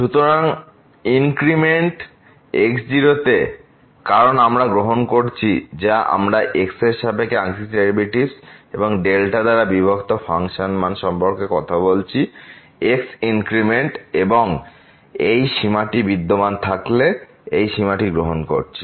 সুতরাংইনক্রিমেন্ট x0 তে কারণ আমরা গ্রহণ করছি বা আমরা x এর সাপেক্ষে আংশিক ডেরিভেটিভস এবং ডেল্টা দ্বারা বিভক্ত ফাংশন মান সম্পর্কে কথা বলছি x ইনক্রিমেন্ট এবং এই সীমাটি বিদ্যমান থাকলে এই সীমাটি গ্রহণ করছি